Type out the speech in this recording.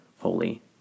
holy